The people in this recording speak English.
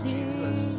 Jesus